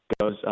goes